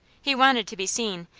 he wanted to be seen,